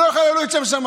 שלא יחללו את שם שמיים.